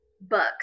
books